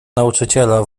nauczyciela